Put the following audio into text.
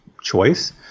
choice